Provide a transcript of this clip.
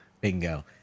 Bingo